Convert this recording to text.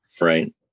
Right